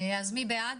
מי בעד?